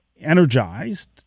energized